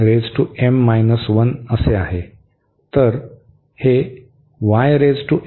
तर हे येथे आहे